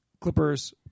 Clippers